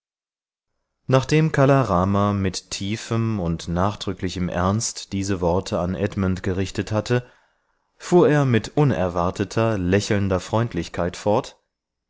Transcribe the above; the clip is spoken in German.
nachdem kala rama mit tiefem und nachdrücklichem ernst diese worte an edmund gerichtet hatte fuhr er mit unerwarteter lächelnder freundlichkeit fort